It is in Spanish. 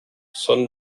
son